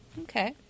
Okay